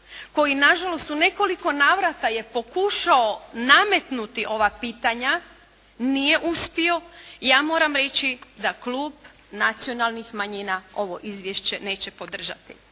koji nažalost u nekoliko navrata je pokušao nametnuti ova pitanja nije uspio. I ja moram reći da klub Nacionalnih manjina ovo izvješće neće podržati.